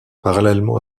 parallèlement